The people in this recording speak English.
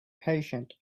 patient